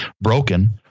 broken